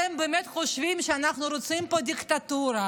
אתם באמת חושבים שאנחנו רוצים פה דיקטטורה?